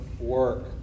work